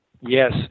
Yes